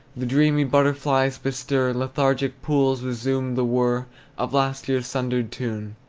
the dreamy butterflies bestir, lethargic pools resume the whir of last year's sundered tune.